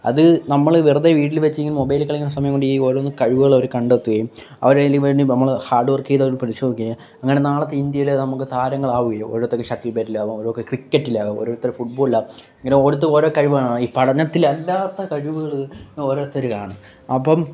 അത് നമ്മൾ വെറുതെ വീട്ടിൽ വെച്ചിങ്ങനെ മൊബൈലിൽ കളിക്കുന്ന സമയം കൊണ്ട് ഈ ഓരോന്ന് കഴിവുകൾ അവർ കണ്ടെത്തുകയും അവരെ അതിനുവേണ്ടി നമ്മൾ ഹാര്ഡ് വര്ക്ക് ചെയ്ത് അവരെ അങ്ങനെ നാളത്തെ ഇന്ത്യയിൽ നമുക്ക് താരങ്ങള് ആവുകയോ ഓരോരുത്തര്ക്ക് ഷട്ടില് ബാറ്റിലാവാം ഓരോരുത്തർക്ക് ക്രിക്കറ്റിലാവാം ഓരോരുത്തർ ഫുട്ബോളിലാവാം ഇങ്ങനെ ഓരോരുത്തരും ഓരോ കഴിവുകളായി പഠനത്തിലല്ലാത്ത കഴിവുകൾ ഓരോരുത്തർ കാണും അപ്പം